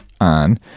on